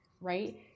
right